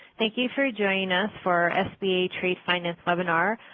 thank you for joining us for our sba trade finance webinar.